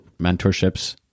mentorships